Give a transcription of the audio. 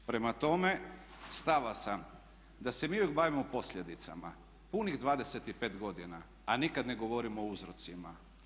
Prema tome, stava sam da se mi uvijek bavimo posljedicama punih 25 godina, a nikad ne govorimo o uzrocima.